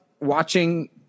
watching –